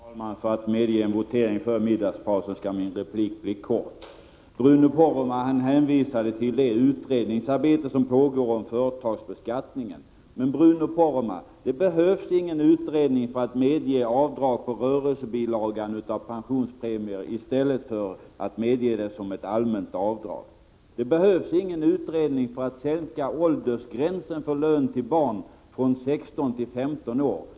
Herr talman! För att medge votering före middagspausen skall min replik bli kort. Bruno Poromaa hänvisade till det utredningsarbete som pågår om företagsbeskattningen. Men, Bruno Poromaa, det behövs ingen utredning för att medge avdrag av pensionspremier på rörelsebilagan i stället för att medge det som ett allmänt avdrag. Det behövs ingen utredning för att sänka åldersgränsen för lön till barn från 16 till 15 år.